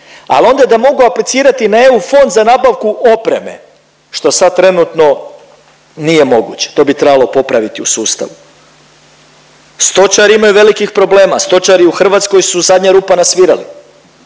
Ali onda da mogu aplicirati i na EU fond za nabavku opreme, što sad trenutno nije moguće, to bi trebalo popraviti u sustavu. Stočari imaju velikih problema, stočari u Hrvatskoj su zadnja rupa na svirali.